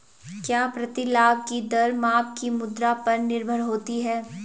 क्या प्रतिलाभ की दर माप की मुद्रा पर निर्भर होती है?